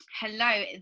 Hello